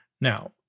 Now